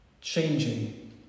changing